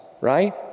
right